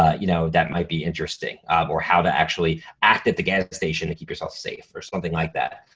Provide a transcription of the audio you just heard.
ah you know that might be interesting or how to actually act at the gas station to keep yourself safe or something like that.